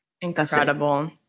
Incredible